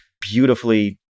beautifully